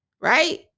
right